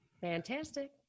Fantastic